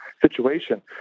situation